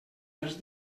dels